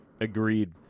Agreed